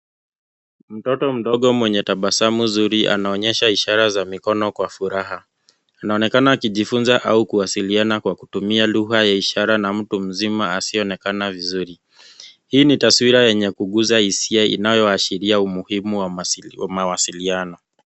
Mtoto mdogo mwenye tabasamu nzuri anaonyesha ishara za mikono kwa furaha. Anaonekana akijifunza au kuwasiliana kwa kutumia lugha ya ishara na mtu mzima asiyeonekana vizuri. Hii ni taswira yenye kuguza hisia inayoashiria umuhimu wa mawasiliano .